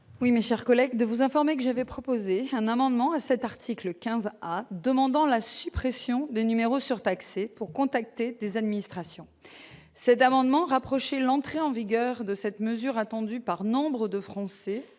Oui mais, chers collègues de vous informer que j'avais proposé un amendement à cet article 15 demandant la suppression des numéros surtaxés pour contacter des administrations, cet amendement rapprocher l'entrée en vigueur de cette mesure attendue par nombre de Français